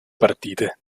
partite